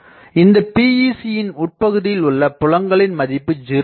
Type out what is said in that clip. இந்த PEC யின் உட்பகுதியில் உள்ள புலங்களின் மதிப்பு 0 ஆகும்